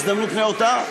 הזדמנות נאותה.